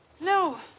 no